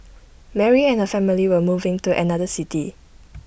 Mary and her family were moving to another city